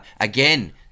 again